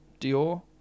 Dior